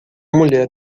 mulher